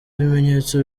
ibimenyetso